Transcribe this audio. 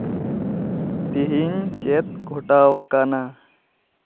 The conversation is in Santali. ᱛᱤᱦᱤᱧ ᱪᱮᱫ ᱜᱷᱚᱴᱟᱣᱟᱠᱟᱱᱟ